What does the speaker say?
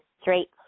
straight